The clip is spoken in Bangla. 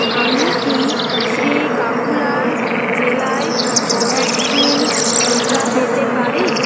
আমি কি শ্রীকাকুলাল জেলায় কোভ্যাক্সিন টিকা পেতে পারি